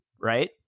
right